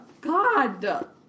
God